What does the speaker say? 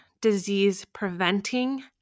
disease-preventing